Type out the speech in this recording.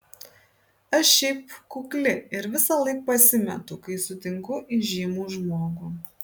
aš šiaip kukli ir visąlaik pasimetu kai sutinku įžymų žmogų